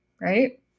right